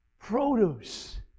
produce